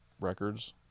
records